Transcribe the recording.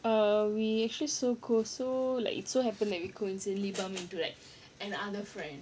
err we actually so cool so like it so happened that we coincidentally bumped into like an other friend